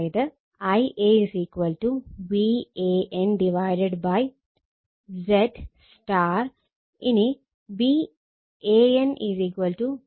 അതായത് Ia Van ZY ഇനി Van VAN